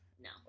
No